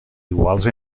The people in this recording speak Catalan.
iguals